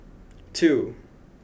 two